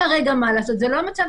כרגע, מה לעשות, זה לא המצב.